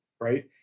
right